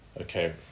Okay